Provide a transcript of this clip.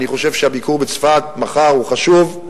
אני חושב שהביקור בצפת מחר חשוב,